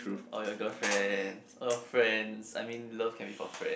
or your girlfriend a friend I mean love can be for friend